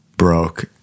Broke